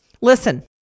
Listen